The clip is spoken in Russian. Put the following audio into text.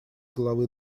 головы